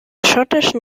schottischen